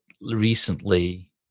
recently